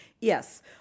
Yes